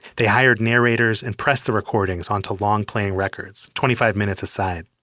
they hired narrators and pressed the recordings onto long playing records, twenty five minutes a side.